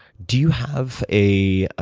do you have a,